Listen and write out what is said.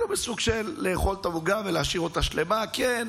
סוג של לאכול את העוגה ולהשאיר אותה שלמה: כן,